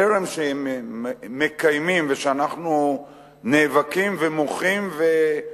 החרם שהם מקיימים ואנחנו נאבקים ומוחים עליו